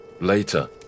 Later